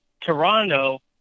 Toronto